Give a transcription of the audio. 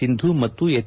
ಸಿಂಧು ಮತ್ತು ಎಚ್